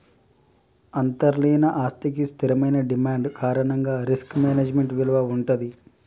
అంతర్లీన ఆస్తికి స్థిరమైన డిమాండ్ కారణంగా రిస్క్ మేనేజ్మెంట్ విలువ వుంటది